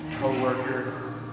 co-worker